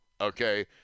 Okay